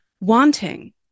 wanting